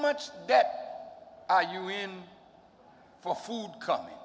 much debt are you in for food company